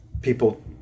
people